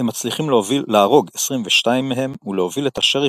הם מצליחים להרוג 22 מהם ולהוביל את השריף